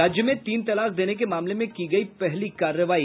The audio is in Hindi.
राज्य में तीन तलाक देने के मामले में की गयी पहली कार्रवाई